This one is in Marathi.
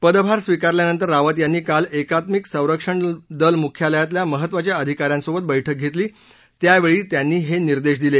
पदभार स्वीकारल्यानंतर रावत यांनी काल एकात्मिक सरक्षण दल मुख्यालयातल्या महत्वाच्या अधिकाऱ्यांसोबत बैठक घेतली त्यावेळी त्यांनी हे निर्देश दिले